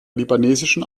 libanesischen